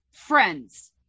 friends